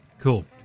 cool